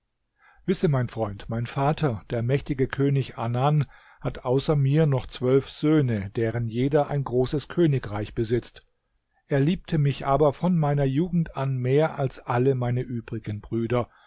wisse mein freund mein vater der mächtige könig anan hat außer mir noch zwölf söhne deren jeder ein großes königreich besitzt er liebte mich aber von meiner jugend an mehr als alle meine übrigen brüder